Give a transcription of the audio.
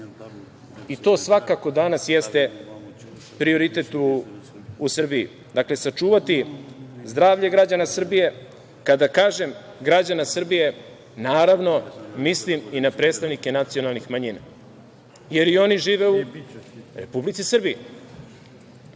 i to svakako danas jeste prioritet u Srbiji. Dakle, sačuvati zdravlje građana Srbije, kada kažem građana Srbije, naravno, mislim i na predstavnike nacionalnih manjina, jer i oni žive u Republici Srbiji.